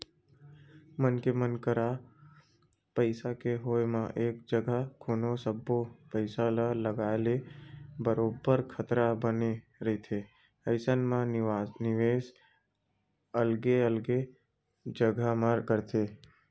मनखे मन करा पइसा के होय म एक जघा कोनो सब्बो पइसा ल लगाए ले बरोबर खतरा बने रहिथे अइसन म निवेस अलगे अलगे जघा म करय